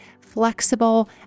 flexible